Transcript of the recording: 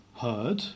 heard